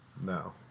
No